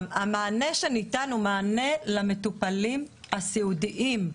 המענה שניתן הוא מענה למטופלים הסיעודיים,